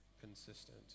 consistent